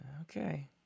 Okay